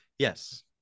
Yes